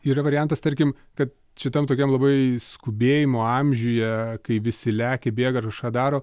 yra variantas tarkim kad šitam tokiam labai skubėjimo amžiuje kai visi lekia bėga ir kažką daro